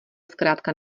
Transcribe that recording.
zkrátka